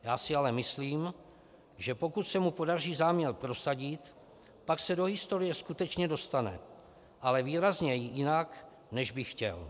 Já si ale myslím, že pokud se mu podaří záměr prosadit, pak se do historie skutečně dostane, ale výrazně jinak, než by chtěl.